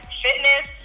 fitness